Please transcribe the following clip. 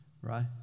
Right